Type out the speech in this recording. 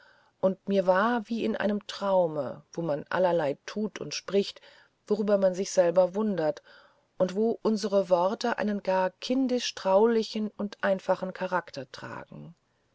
und mir war wie in einem traume wo man allerlei tut und spricht worüber man sich selber wundert und wo unsere worte einen gar kindisch traulichen und einfachen charakter tragen